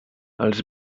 els